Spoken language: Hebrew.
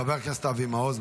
חבר הכנסת אבי מעוז,